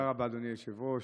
תודה רבה, אדוני היושב-ראש.